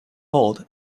hold